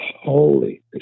holy